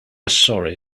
sorry